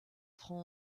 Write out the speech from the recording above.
prend